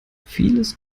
vieles